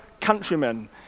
countrymen